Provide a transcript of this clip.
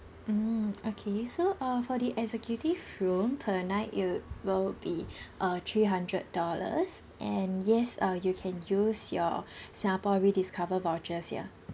mm okay so uh for the executive room per night it'll will be uh three hundred dollars and yes uh you can use your singapore rediscover vouchers here